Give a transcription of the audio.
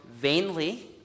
vainly